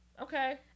Okay